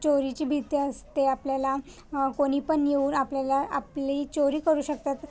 चोरीची भीती असते आपल्याला कोणी पण येऊन आपल्याला आपली चोरी करू शकतात